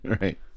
right